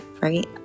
right